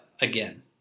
again